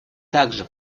также